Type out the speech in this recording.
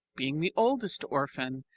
being the oldest orphan,